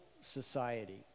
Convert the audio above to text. society